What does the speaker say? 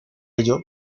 ello